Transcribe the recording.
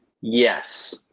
Yes